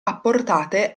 apportate